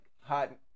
hot